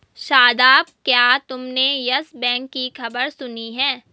शादाब, क्या तुमने Yes Bank की खबर सुनी है?